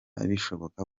bishoboka